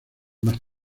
más